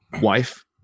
wife